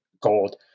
gold